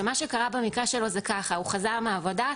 שזה מה שקרה במקרה שלו: הוא חזר מהעבודה,